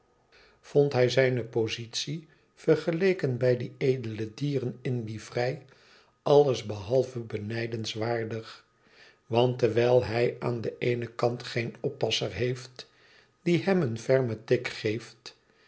vond hij zijne positie vergeleken bij die edele dieren in livrei alles behalve benijdenswaardig want terwijl hij aan den eenen kant geen oppasser heeft die hem een fermen tik geeft